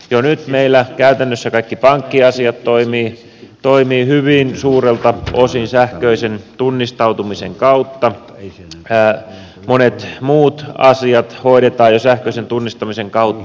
jo nyt meillä käytännössä kaikki pankkiasiat toimivat hyvin suurelta osin sähköisen tunnistautumisen kautta monet muut asiat hoidetaan jo sähköisen tunnistamisen kautta